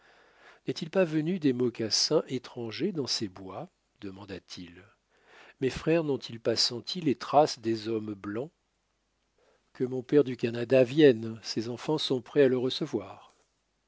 n'est-il pas venu des mocassins étrangers dans ces bois demanda-t-il mes frères nont il pas senti les traces des hommes blancs que mon père du canada vienne ses enfants sont prêts à le recevoir